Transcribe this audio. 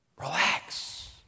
relax